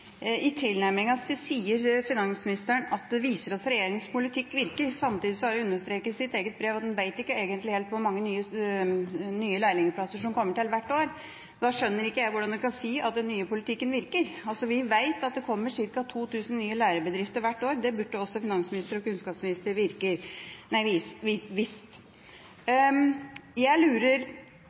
I tilnærmingen sin sier finansministeren at det viser at regjeringas politikk virker. Samtidig har hun understreket i sitt eget brev at en egentlig ikke helt vet hvor mange nye lærlingplasser som kommer til hvert år. Da skjønner ikke jeg hvordan hun kan si at den nye politikken virker. Vi vet at det kommer ca. 2 000 nye lærebedrifter hvert år. Det burde også finansminister og kunnskapsminister visst. Vi